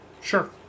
Sure